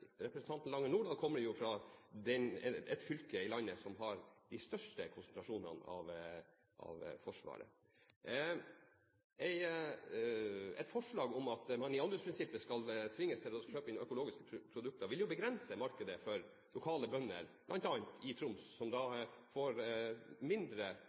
Representanten Lange Nordahl kommer jo fra det fylket i landet der Forsvaret har sin største konsentrasjon. Et forslag om at man i anbudsprinsippet skal tvinges til å kjøpe inn økologiske produkter, vil begrense markedet for lokale bønder, bl.a. i Troms, som da får mindre